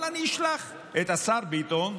אבל אשלח את השר ביטון,